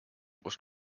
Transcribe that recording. was